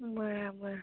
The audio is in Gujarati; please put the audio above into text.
બરાબર